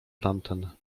tamten